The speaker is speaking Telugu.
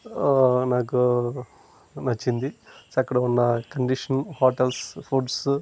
నాకూ నచ్చింది అక్కడ ఉన్న కండిషన్ హోటల్స్ ఫుడ్స్